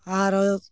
ᱟᱨᱚ